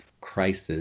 crisis